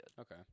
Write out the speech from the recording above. okay